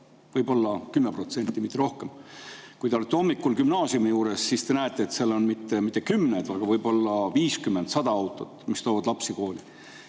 võib-olla 10%, mitte rohkem. Kui te olete hommikul gümnaasiumi juures, siis te näete, et seal pole mitte kümned [autod], vaid 50–100 autot, mis toovad lapsi kooli.